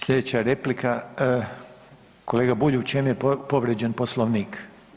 Slijedeća replika, kolega Bulj u čem je povrijeđen Poslovnik?